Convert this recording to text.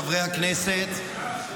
חברי הכנסת,